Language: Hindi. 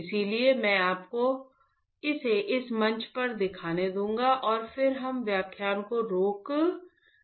इसलिए मैं आपको इसे इस मंच पर दिखाने दूंगा और फिर हम व्याख्यान को रोक देंगे